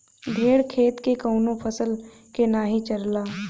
भेड़ खेत के कवनो फसल के नाही चरला